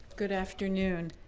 good afternoon.